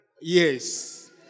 Yes